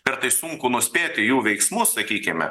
kartais sunku nuspėti jų veiksmus sakykime